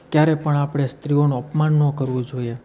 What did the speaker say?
ક્યારે પણ આપણે સ્ત્રીઓનું અપમાન ન કરવું જોઈએ